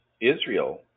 Israel